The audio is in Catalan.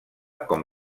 com